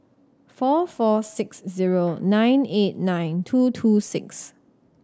four four six zero nine eight nine two two six